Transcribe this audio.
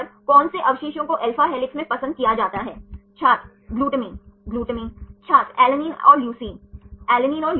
और यहां इस मामले में ग्लाइसिन के लिए पसंदीदा अवशेष है